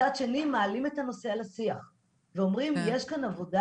מצד שני אנחנו מעלים את הנושא על השיח ואומרים "..יש כאן עבודה